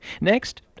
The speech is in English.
Next